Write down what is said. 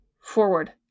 forward